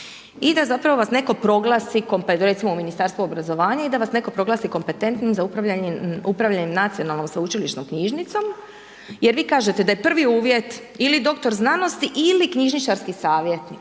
i da zapravo vas netko proglasi, recimo Ministarstvo obrazovanja i da vas netko proglasi kompetentnim za upravljanje nacionalnom sveučilišnom knjižnicom jer vi kažete da je prvi uvjet ili doktor znanosti ili knjižničarski savjetnik.